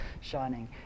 shining